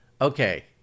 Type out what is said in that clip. Okay